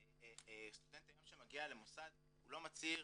סטודנט שמגיע היום למוסד לא מצהיר